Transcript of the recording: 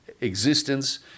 existence